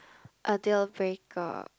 a deal breaker